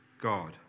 God